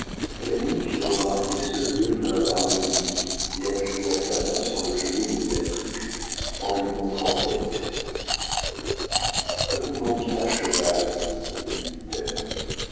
camille fit remarquer ce lieu plein d'harmonies et appuya sa main sur le genou de béatrix en lui montrant calyste comme il monte bien à cheval lui dit-elle